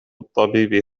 الطبيب